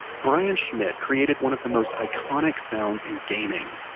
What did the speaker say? brian schmidt created one of the most iconic sounds in gaming.